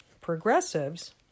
progressives